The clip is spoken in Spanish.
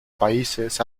países